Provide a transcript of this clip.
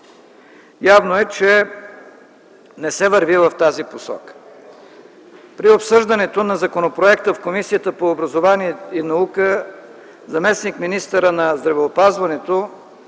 явно е, че не се върви в тази посока. При обсъждането на законопроекта в Комисията по образование и наука заместник-министърът на здравеопазването